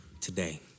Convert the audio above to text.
today